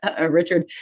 Richard